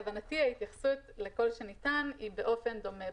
ההתייחסות לביטוי "כל שניתן" היא באופן דומה.